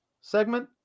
segment